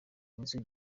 inzu